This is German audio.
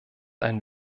ein